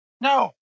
No